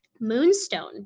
moonstone